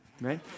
right